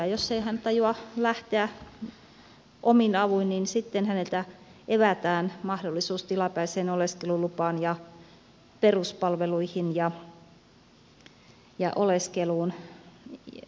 jos ei hän tajua lähteä omin avuin niin sitten häneltä evätään mahdollisuus tilapäiseen oleskelulupaan ja peruspalveluihin ja oleskeluun suomessa